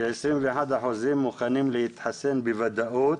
כ-21% מוכנים להתחסן בוודאות